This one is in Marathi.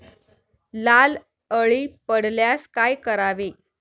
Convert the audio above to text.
लाल अळी पडल्यास काय करावे?